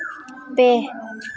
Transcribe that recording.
ᱯᱮ